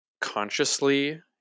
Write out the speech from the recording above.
consciously